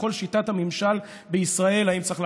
כל שיטת הממשלה בישראל: